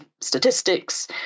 statistics